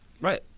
Right